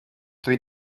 three